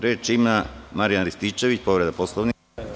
Reč ima Marijan Rističević, povreda Poslovnika.